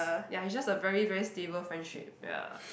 ya it's just a very very stable friendship ya